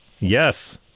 Yes